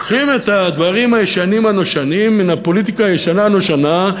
לוקחים את הדברים הישנים הנושנים מן הפוליטיקה הישנה הנושנה,